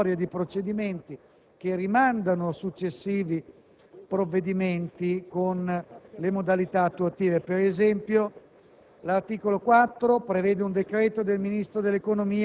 perché prevedono una funzione esclusivamente organizzatoria e procedimentale, che rimandano a successivi provvedimenti per le modalità attuative.